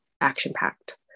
action-packed